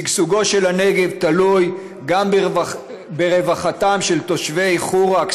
שגשוגו של הנגב תלוי גם ברווחתם של תושבי חורה,